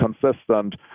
consistent